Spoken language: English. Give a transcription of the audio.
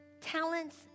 talents